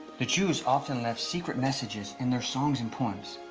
the jews often left secret messages in their songs and poems.